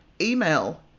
email